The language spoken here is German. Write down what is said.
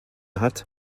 hat